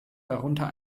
darunter